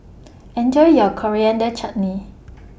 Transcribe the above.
Enjoy your Coriander Chutney